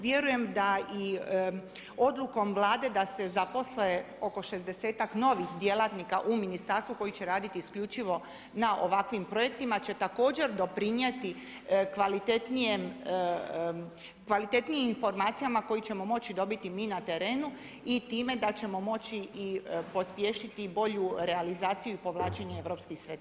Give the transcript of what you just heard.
Vjerujem da i odlukom Vlade da se zaposle oko šezdesetak novih djelatnika u ministarstvu koje će raditi isključivo na ovakvim projektima će također doprinijeti kvalitetnijim informacijama koje ćemo moći dobiti mi na terenu i time da ćemo moći i pospješiti bolju realizaciju i povlačenje europskih sredstava.